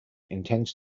intends